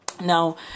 now